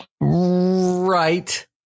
Right